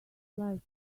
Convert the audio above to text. like